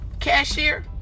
cashier